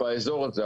באזור הזה.